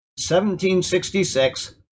1766